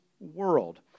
world